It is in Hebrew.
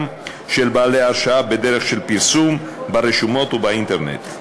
של בעלי הרשאה בדרך של פרסום ברשומות ובאינטרנט.